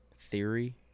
theory